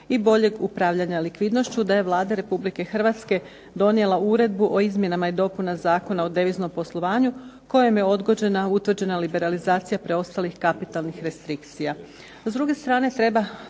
i boljeg upravljanja likvidnošću da je Vlada Republike Hrvatske donijela Uredbu o izmjenama i dopunama Zakona o deviznom poslovanju kojom je odgođeno utvrđena liberalizacija preostalih kapitalnih restrikcija.